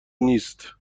نیست